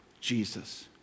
Jesus